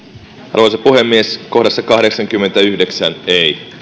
arvoisa puhemies kohdassa kahdeksankymmentäyhdeksän ei